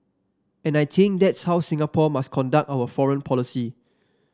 and I think that's how Singapore must conduct our foreign policy